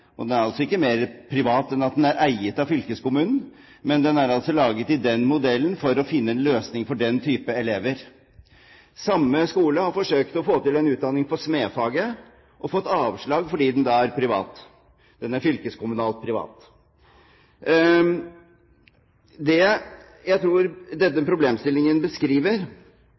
Den er altså ikke mer privat enn at den er eid av fylkeskommunen, men den er laget i den modellen for å finne en løsning for den type elever. Samme skole har forsøkt å få til en utdanning i smedfaget og fått avslag fordi den er privat – den er fylkeskommunal privat. Det jeg tror denne problemstillingen beskriver,